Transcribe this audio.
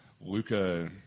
Luca